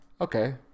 Okay